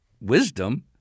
wisdom